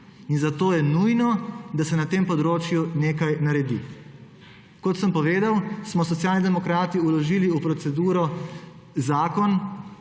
zato je nujno, da se na tem področju nekaj naredi. Kot sem povedal, smo Socialni demokrati vložili v proceduro zakon